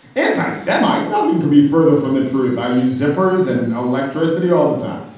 anti-semite? nothing could be further from the truth. i use zippers and electricity all the time.